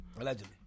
Allegedly